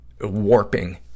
warping